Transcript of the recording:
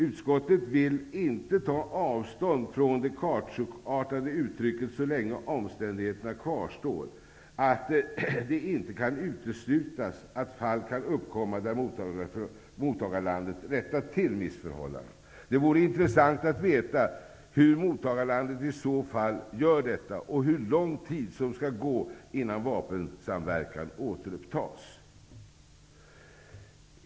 Utskottet vill inte ta avstånd från det kautschukartade uttrycket ''så länge omständigheterna kvarstår att det inte kan uteslutas att fall kan uppkomma där mottagarlandet rättar till missförhållandet''. Det vore intressant att få veta hur mottagarlandet i så fall gör detta och hur lång tid som skall gå innan vapensamverkan återupptas.